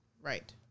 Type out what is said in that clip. Right